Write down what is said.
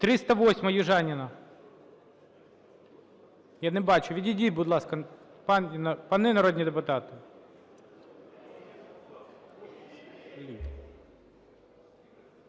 308-а, Южаніна. Я не бачу, відійдіть, будь ласка, пани народні депутати.